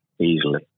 easily